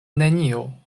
nenio